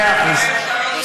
מאה אחוז.